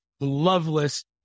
loveless